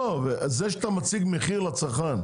לא, וזה שאתה מציג את המחיר לצרכן,